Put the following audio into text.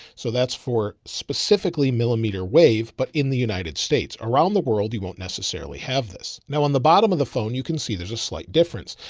so that's for specifically millimeter wave, but in the united states around the world, you won't necessarily have this. now on the bottom of the phone, you can see there's a slight difference.